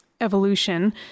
evolution